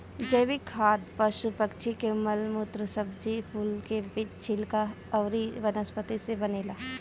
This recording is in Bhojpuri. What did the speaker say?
जैविक खाद पशु पक्षी के मल मूत्र, सब्जी कुल के छिलका अउरी वनस्पति से बनेला